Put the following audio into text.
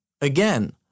Again